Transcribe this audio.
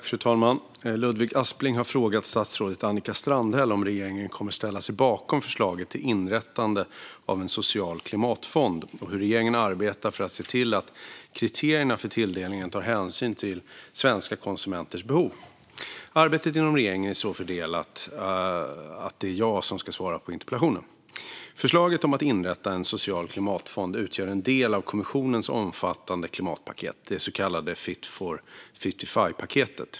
Fru talman! Ludvig Aspling har frågat statsrådet Annika Strandhäll om regeringen kommer att ställa sig bakom förslaget till inrättande av en social klimatfond och hur regeringen arbetar för att se till att kriterierna för tilldelning tar hänsyn till svenska konsumenters behov. Arbetet inom regeringen är så fördelat att det är jag som ska svara på interpellationen. Förslaget om att inrätta en social klimatfond utgör en del av kommissionens omfattande klimatpaket, det så kallade Fit for 55-paketet.